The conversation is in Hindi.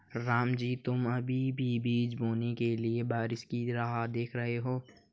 रामजी तुम अभी भी बीज बोने के लिए बारिश की राह देख रहे हो?